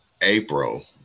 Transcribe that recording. April